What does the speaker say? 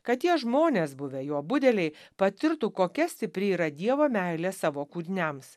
kad tie žmonės buvę jo budeliai patirtų kokia stipri yra dievo meilė savo kūriniams